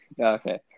okay